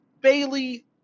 Bailey